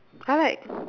I like